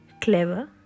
clever